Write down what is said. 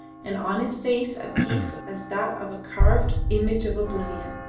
and on his face a peace as that of a carved image of oblivion.